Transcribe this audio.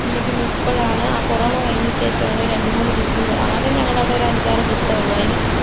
പിന്നേ പിന്നേ ഇപ്പഴാണ് ആ കൊറോണ കഴിഞ്ഞ ശേഷമാണ് രണ്ട് മൂന്ന് ബസ്സ് ആകെ ഞങ്ങളുടെ ഇവിടെ അഞ്ചാറ് ബസ്സേ ഉള്ളു അതില്